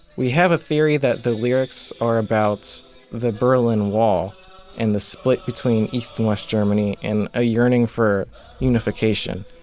we have a theory that the lyrics are about the berlin wall and the split between east and west germany and a yearning for unification